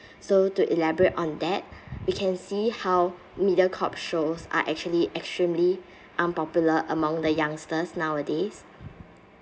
so to elaborate on that we can see how mediacorp shows are actually extremely unpopular among the youngsters nowadays